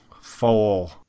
Four